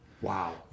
wow